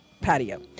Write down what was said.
patio